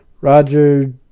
Roger